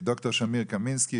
ד"ר שמיר קמינסקי,